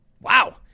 Wow